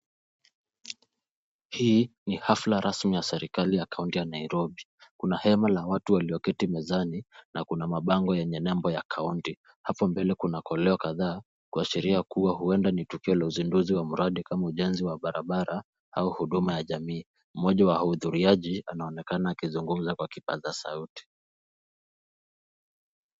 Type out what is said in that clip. Hii ni hafla rasmi ya serikali ya kaunti ya Nairobi. Kuna hema la watu walioketi mezani na kuna mabango yenye nembo ya kaunti ,hapo mble kuna koleo kadhaa kuashiria kuwa huwenda ni tukio la uzinduzi wa mradi kama ujenzi wa barabara au huduma ya jamii mmoja wa wahudhuriaji anaonekana akizugumza kwa kipaza sauti.